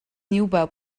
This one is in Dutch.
nieuwbouw